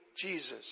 Jesus